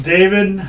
David